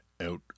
Out